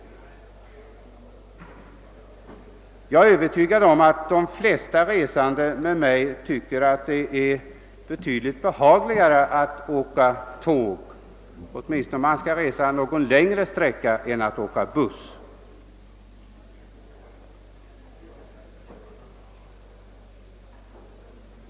Jag är övertygad om att de flesta resande tycker att det är betydligt behagligare att åka tåg — åtminstone om man skall resa någon längre sträcka — än att åka buss.